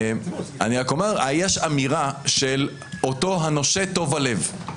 יש אמירה של אותו הנושה טוב הלב.